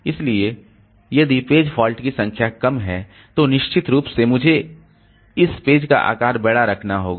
इसलिए यदि page fault की संख्या कम है तो निश्चित रूप से मुझे इस पेज का आकार बड़ा रखना होगा